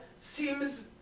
seems